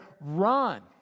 Run